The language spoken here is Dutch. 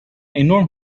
enorm